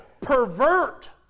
pervert